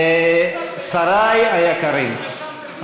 שריי היקרים,